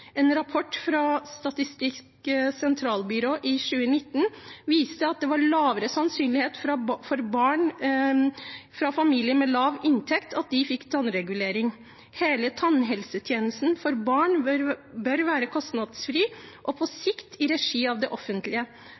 En rapport fra Statistisk sentralbyrå i 2019 viste at det var lavere sannsynlighet for at barn fra familier med lav inntekt fikk tannregulering. Hele tannhelsetjenesten for barn bør være kostnadsfri og på sikt i regi av det offentlige.